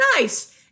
nice